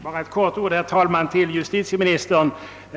Bara några få ord, herr talman, till justitieministern!